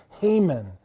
Haman